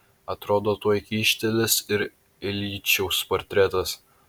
atrodo tuoj kyštelės ir iljičiaus portretas